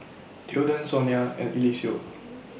Tilden Sonia and Eliseo